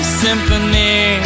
symphony